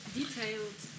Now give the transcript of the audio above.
detailed